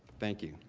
thank you.